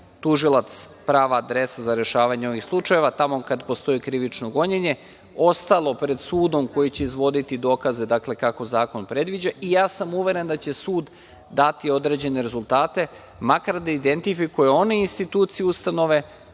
tužilac prava adresa za rešavanje ovih slučajeva. Tamo kada postoji krivično gonjenje, ostalo pred sudom koji će izvoditi dokaze, dakle kako zakon predviđa i ja sam uveren da će sud dati određene rezultate, makar da identifikuje one institucije, ustanove